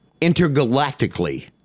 intergalactically